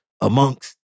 amongst